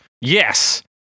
Yes